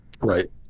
Right